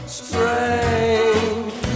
strange